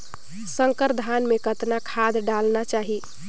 संकर धान मे कतना खाद डालना चाही?